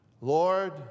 Lord